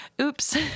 oops